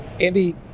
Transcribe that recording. Andy